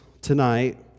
tonight